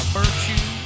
virtue